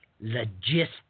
Logistics